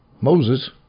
Moses